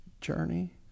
journey